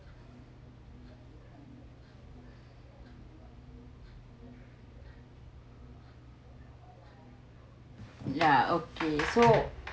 ya okay so